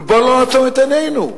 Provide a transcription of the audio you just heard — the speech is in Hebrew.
ובואו לא נעצום את עינינו,